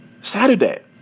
Saturday